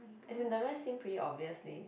as in the rest seems pretty obvious